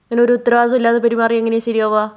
ഇങ്ങനെ ഒരു ഉത്തരവാദിത്തമില്ലാതെ പെരുമാറിയാൽ എങ്ങനെയാണ് ശരിയാവുക